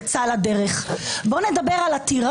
ואפשר וצריך לקיים על זה דיון ואני אשמח לסייע להעביר